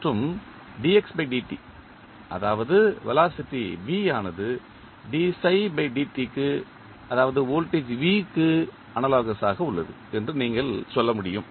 மற்றும் அதாவது வெலாசிட்டி ஆனது க்கு அதாவது வோல்டேஜ் V க்கு அனாலோகஸ் ஆக உள்ளது என்று நீங்கள் சொல்ல முடியும்